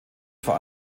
vor